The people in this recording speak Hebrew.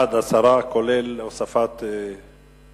בעד, 10, כולל הוספת היושב-ראש,